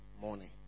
morning